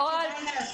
לדוגמה?